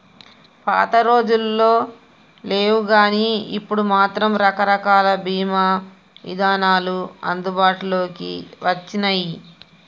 పాతరోజుల్లో లేవుగానీ ఇప్పుడు మాత్రం రకరకాల బీమా ఇదానాలు అందుబాటులోకి వచ్చినియ్యి